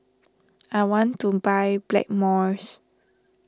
I want to buy Blackmores